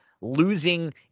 losing